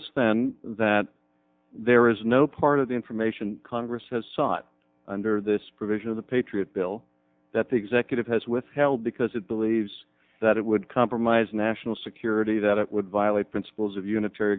us then that there is no part of the information congress has sought under this provision of the patriot bill that the executive has withheld because it believes that it would compromise national security that it would violate principles of unit